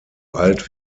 alt